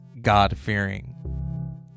God-fearing